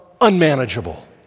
unmanageable